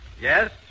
Yes